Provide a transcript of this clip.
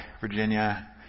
Virginia